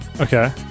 Okay